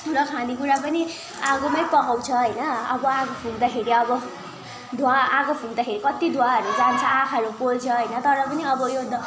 पुरा खानेकुरा पनि आगोमै पकाउँछ होइन अब आगो फुक्दाखेरि अब धुवा आगो फुक्दाखेरि कति धुवाहरू जान्छ आँखाहरू पोल्छ होइन तर पनि अब यो